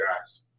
guys